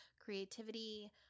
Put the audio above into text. creativity